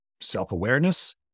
self-awareness